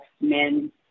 men